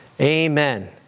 Amen